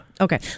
Okay